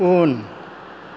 उन